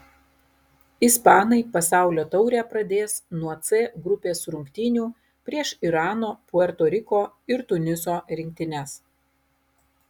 ispanai pasaulio taurę pradės nuo c grupės rungtynių prieš irano puerto riko ir tuniso rinktines